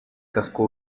casco